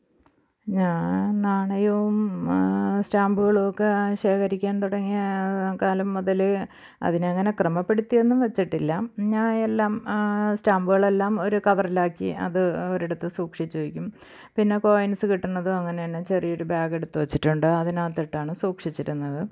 ഞാന് നാണയവും സ്റ്റാമ്പുകളുമൊക്കെ ശേഖരിക്കാന് തുടങ്ങിയ കാലം മുതൽ അതിനെ അങ്ങനെ ക്രമപ്പെടുത്തിയൊന്നും വച്ചിട്ടില്ല ഞാന് എല്ലാം സ്റ്റാമ്പുകളെല്ലാം ഒരു കവറിലാക്കി അത് ഒരിടത്ത് സൂക്ഷിച്ചു വയ്ക്കും പിന്നെ കോയിന്സ്സ് കിട്ടുന്നതും അങ്ങനെ തന്നെ ചെറിയ ഒരു ബാഗ് ഏടുത്തുവച്ചിട്ടുണ്ട് അതിന് അകത്തിട്ടാണ് സൂക്ഷിച്ചിരുന്നത്